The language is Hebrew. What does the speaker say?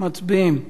מצביעים.